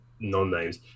non-names